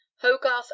Hogarth